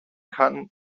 kann